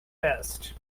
best